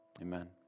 amen